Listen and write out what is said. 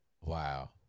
Wow